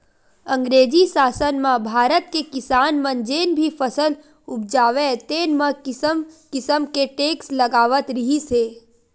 अंगरेजी सासन म भारत के किसान मन जेन भी फसल उपजावय तेन म किसम किसम के टेक्स लगावत रिहिस हे